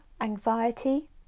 anxiety